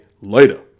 Later